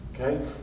okay